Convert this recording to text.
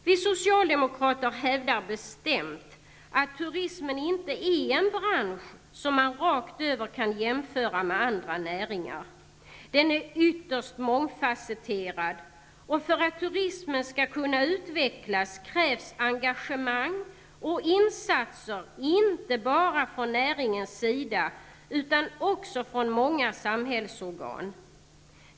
Vi socialdemokrater hävdar bestämt att turismen inte är en bransch som man rakt över kan jämföra med andra näringar. Den är ytterst mångfasetterad, och för att turismen skall kunna utvecklas krävs engagemang och insatser inte bara från näringens sida utan också från många samhällsorgan.